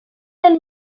del